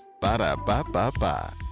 Ba-da-ba-ba-ba